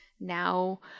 now